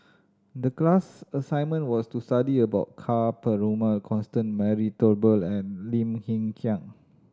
the class assignment was to study about Ka Perumal Constance Mary Turnbull and Lim Hng Kiang